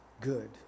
good